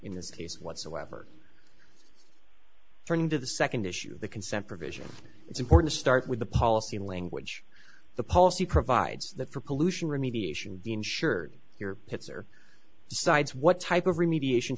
in this case whatsoever turning to the second issue the consent provision it's important to start with the policy in language the policy provides that for pollution remediation insured your pits are decides what type of remediation